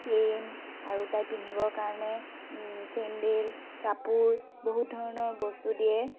pain আৰু তাই পিন্ধিবৰ কাৰণে চেণ্ডেল কাপোৰ বহুত ধৰণৰ বস্তু দিয়ে